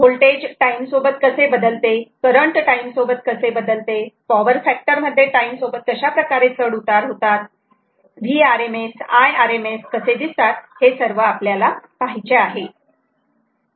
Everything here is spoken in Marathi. होल्टेज टाईम सोबत कसे बदलते करंट टाईम सोबत कसे बदलते पॉवर फॅक्टर मध्ये टाईम सोबत कशाप्रकारे चढ उतार होतात VRMS IRMS कसे दिसतात हे सर्व पहायचे आहे